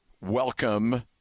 welcome